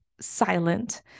silent